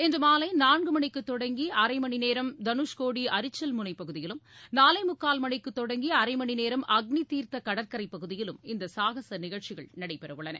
இன்றுமாலைநான்குமணிக்குதொடங்கிஅரைமணிநேரம் தனுஷ்கோடி அரிச்சல்முனைபகுதியிலும் நாலேமுக்கால் மணிக்குதொடங்கிஅரைமணிநேரம் அக்னிதீர்த்தகடற்கரைப் பகுதியிலும் இந்தசாகசநிகழ்ச்சிகள் நடைபெறஉள்ளன